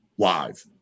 live